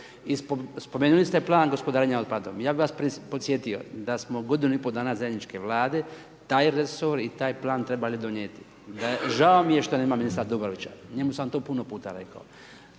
spomenuli ste Plan gospodarenja otpadom. Ja bih vas podsjetio da smo godinu i pol dana zajedničke Vlade taj resor i taj Plan trebali donijeti. Žao mi je što nema ministra Dobrovića. Njemu sam to puno puta rekao.